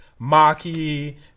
Maki